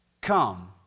Come